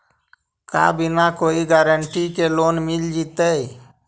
का बिना कोई गारंटी के लोन मिल जीईतै?